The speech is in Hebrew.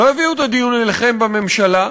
לא הביאו את הדיון אליכם בממשלה.